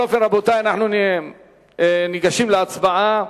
בכל אופן, רבותי, אנחנו ניגשים להצבעה.